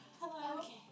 Hello